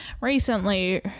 recently